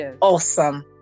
awesome